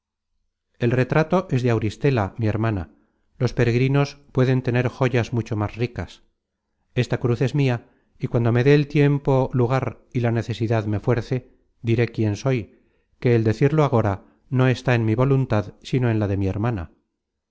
el retrato es de auristela mi hermana los peregrinos pueden tener joyas mucho más ricas esta cruz es mia y cuando me dé el tiempo lugar y la necesidad me fuerce diré quién soy que el decirlo agora no está en mi voluntad sino en la de mi hermana